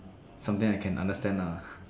something I can understand ah